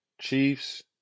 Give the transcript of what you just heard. Chiefs